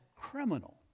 criminal